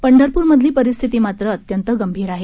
पंढरपूरमधील परिस्थिती मात्र अत्यंत गंभीर आहे